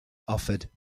offered